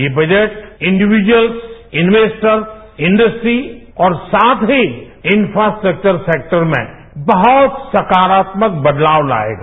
ये budget individuals investors industry और साथ ही इन्फ्रास्ट्रक्वर सैक्टर में बहुत सकारात्मक बदलाव लाएगा